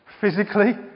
physically